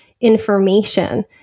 information